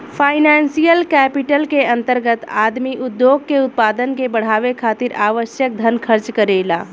financial capital के अंतर्गत आदमी उद्योग के उत्पादन के बढ़ावे खातिर आवश्यक धन खर्च करेला